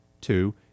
Two